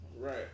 Right